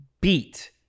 beat